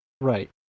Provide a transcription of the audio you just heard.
Right